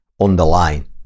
underline